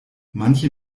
manche